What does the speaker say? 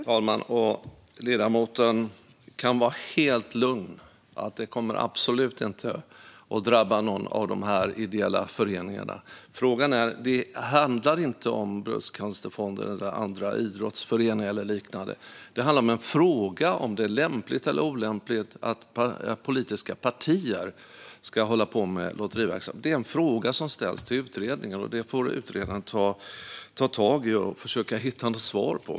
Fru talman! Ledamoten kan vara helt lugn för att översynen absolut inte kommer att drabba någon av de ideella föreningarna. Det handlar inte om Bröstcancerfonden, idrottsföreningar eller liknande, utan det handlar om huruvida det är lämpligt eller olämpligt att politiska partier ska hålla på med lotteriverksamhet. Det är en fråga som ställs till utredningen, och det får utredaren försöka hitta ett svar på.